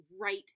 right